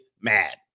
mad